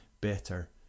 better